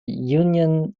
union